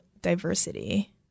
diversity